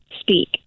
speak